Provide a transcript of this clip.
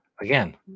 Again